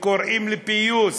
וקוראים לפיוס,